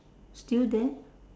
still there